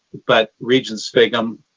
but regent sviggum.